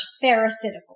pharisaical